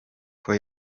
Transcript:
com